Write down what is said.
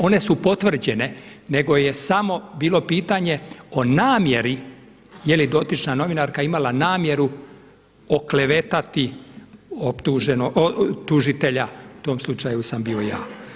One su potvrđene, nego je samo bilo pitanje o namjeri je li dotična novinarka imala namjeru oklevetati tužitelja u tom slučaju sam bio ja.